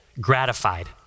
gratified